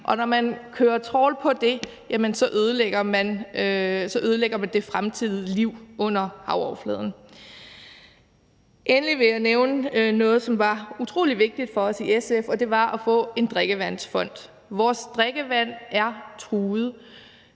Og når man kører trawl på det, ødelægger man det fremtidige liv under havoverfladen. Endelig vil jeg nævne noget, som var utrolig vigtigt for os i SF, og det var at få en drikkevandsfond. Vores drikkevand er truet.